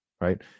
right